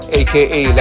aka